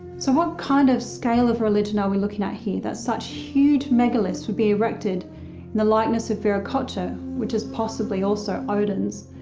so what kind of scale of religion are we looking at here that such huge megaliths would be erected in the likeness of viracocha, which is possibly also odin's,